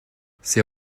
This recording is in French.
ses